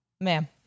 ma'am